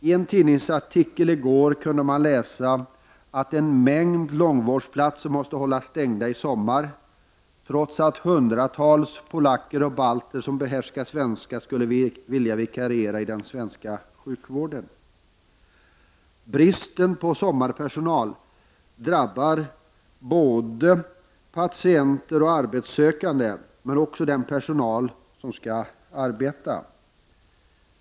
I en tidningsartikel i går kunde man läsa att en mängd långvårdsplatser måste hållas stängda i sommar, trots att hundratals polacker och balter som behärskar svenska skulle vilja vikariera i den svenska sjukvården. Bristen på sommarpersonal drabbar både patienter och arbetssökande, men också den personal som skall arbeta.